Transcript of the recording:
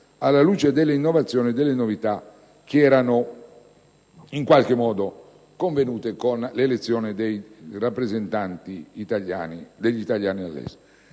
alla luce delle innovazioni e delle novità in qualche modo convenute con l'elezione dei rappresentanti degli italiani all'estero.